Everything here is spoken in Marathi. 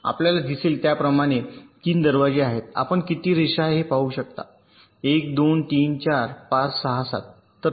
आपल्याला दिसेल त्याप्रमाणे 3 दरवाजे आहेत आपण किती रेषा आहेत हे पाहू शकता 1 2 3 4 5 6 7